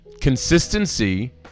Consistency